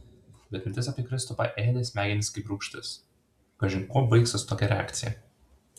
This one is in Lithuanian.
bet mintis apie kristupą ėdė smegenis kaip rūgštis kažin kuo baigsis tokia reakcija